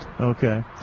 Okay